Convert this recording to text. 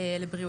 לבריאותו,